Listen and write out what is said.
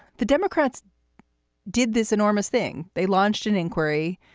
the democrats did this enormous thing. they launched an inquiry.